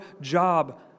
job